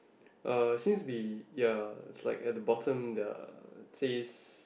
uh seems to be ya it's like at the bottom the yeah it says